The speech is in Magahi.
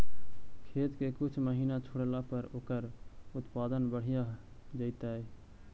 खेत के कुछ महिना छोड़ला पर ओकर उत्पादन बढ़िया जैतइ?